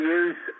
use